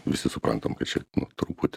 visi suprantam kad čia truputį